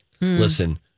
Listen